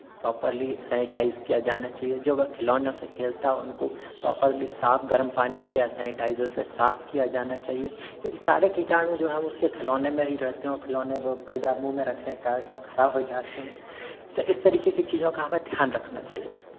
properly sanitize किया जाना चाहिए जो वह खिलौनों से खेलता हो उनको प्रॉपरली साफ गरम पानी से या सेनिटाइज़र से साफ किया जाना चाहिए क्योंकि सारे किटाणु जो हैं उसके खिलौने में ही रहते हैं और खिलौने कई बार मुहँ में रखने के कारण वो खराब हो जाते हैं तो इस तरह की चीज़ों का हमें ध्यान रखना चाहिए